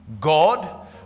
God